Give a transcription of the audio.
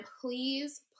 please